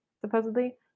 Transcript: supposedly